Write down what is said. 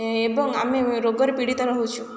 ଏବଂ ଆମେ ରୋଗରେ ପୀଡ଼ିତ ରହୁଛୁ